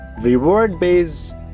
Reward-based